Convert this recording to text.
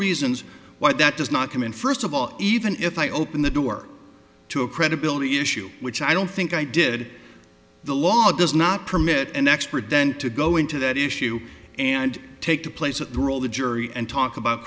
reasons why that does not come in first of all even if i open the door to a credibility issue which i don't think i did the law does not permit an expert then to go into that issue and take the place of the world the jury and talk about